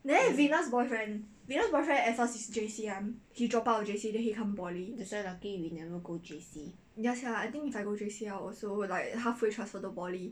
that's why lucky we never go J_C